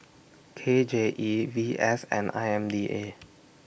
K J E V S and I M D A